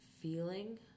feeling